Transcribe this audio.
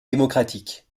démocratique